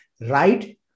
right